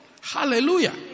Hallelujah